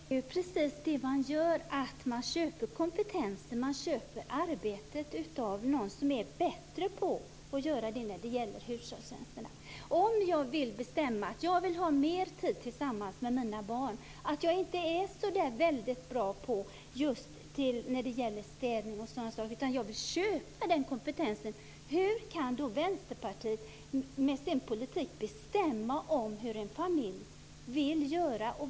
Fru talman! Men det är ju precis det man gör. Man köper kompetens. Man köper arbetet av någon som är bättre på att utföra det när det gäller hushållstjänster. Säg att jag vill bestämma att jag vill ha mer tid tillsammans med mina barn och att jag inte är så väldigt bra på just städning och sådant utan vill köpa den kompetensen. Hur kan då Vänsterpartiet med sin politik bestämma hur en familj vill göra?